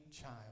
child